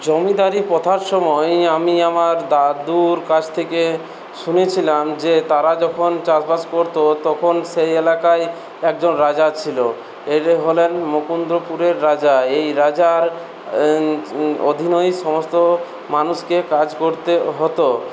জমিদারি প্রথার সময় আমি আমার দাদুর কাছ থেকে শুনেছিলাম যে তাঁরা যখন চাষবাস করত তখন সেই এলাকায় একজন রাজা ছিল এ হলেন মুকুন্দপুরের রাজা এই রাজার অধীনেই সমস্ত মানুষকে কাজ করতে হতো